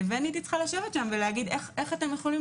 ואני הייתי צריכה לשבת שם ולומר: איך אתם יכולים